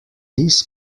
this